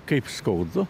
kaip skaudu